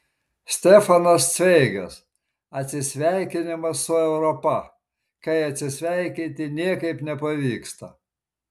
stefanas cveigas atsisveikinimas su europa kai atsisveikinti niekaip nepavyksta